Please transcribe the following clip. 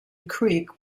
creek